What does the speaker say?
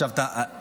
דבר, חשבתי